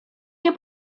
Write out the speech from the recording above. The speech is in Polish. nie